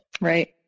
Right